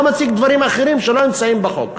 לא מציג דברים אחרים שלא נמצאים בחוק.